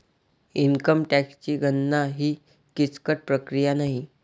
income टॅक्सची गणना ही किचकट प्रक्रिया नाही